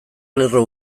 lerro